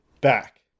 back